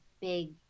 big